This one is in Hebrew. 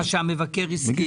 מה שהמבקר הסכים.